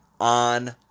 on